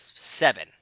seven